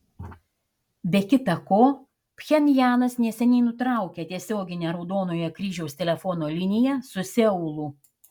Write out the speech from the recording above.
be kita ko pchenjanas neseniai nutraukė tiesioginę raudonojo kryžiaus telefono liniją su seulu